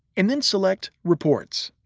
and then select reports.